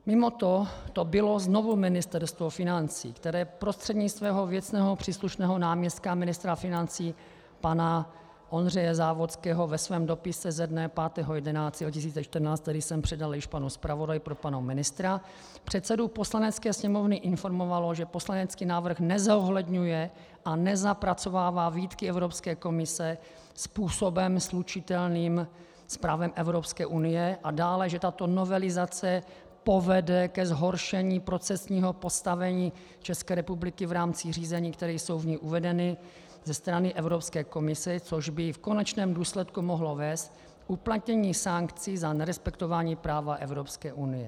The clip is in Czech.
Mimoto to bylo znovu Ministerstvo financí, které prostřednictvím věcně příslušného náměstka ministra financí pana Ondřeje Závodského ve svém dopise ze dne 5. 11. 2014, který jsem předal již panu zpravodaji pro pana ministra, předsedu Poslanecké sněmovny informovalo, že poslanecký návrh nezohledňuje a nezapracovává výtky Evropské komise způsobem slučitelným s právem Evropské unie, a dále, že tato novelizace povede ke zhoršení procesního postavení České republiky v rámci řízení, která jsou v ní uvedena ze strany Evropské komise, což by v konečném důsledku mohlo vést k uplatnění sankcí za nerespektování práva Evropské unie.